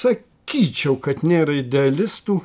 sa kyčiau kad nėra idealistų